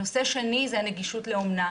הנושא השני הוא נגישות לאומנה.